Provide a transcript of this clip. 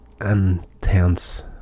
intense